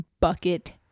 bucket